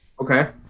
Okay